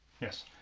Yes